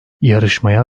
yarışmaya